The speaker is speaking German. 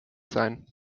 sein